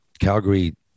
Calgary